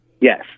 Yes